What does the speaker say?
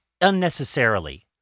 unnecessarily